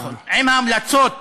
עם המלצות